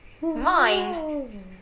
Mind